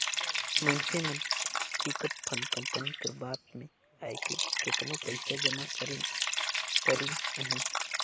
मइनसे मन chit fund company कर बात में आएके केतनो पइसा जमा करिन करिन अहें